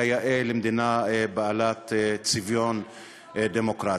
כיאה למדינה בעלת צביון דמוקרטי.